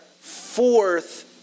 fourth